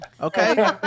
okay